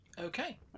Okay